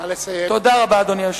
תודה רבה, אדוני היושב-ראש.